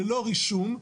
ללא רישום,